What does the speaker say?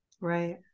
Right